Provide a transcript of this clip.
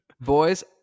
Boys